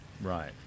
Right